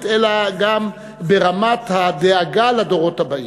אלא גם ברמת הדאגה לדורות הבאים.